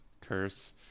curse